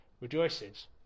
rejoices